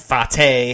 Fate